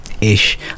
ish